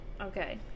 Okay